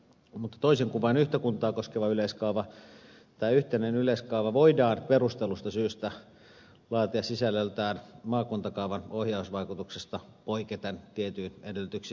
mutta toisin kuin vain yhtä kuntaa koskeva yleiskaava tämä yhteinen yleiskaava voidaan perustellusta syystä laatia sisällöltään maakuntakaavan ohjausvaikutuksesta poiketen tietyin edellytyksin